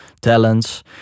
talents